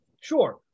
Sure